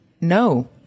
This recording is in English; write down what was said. no